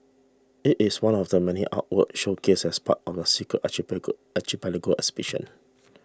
it is one of the many artworks showcased as part of the Secret Archipelago Archipelago exhibition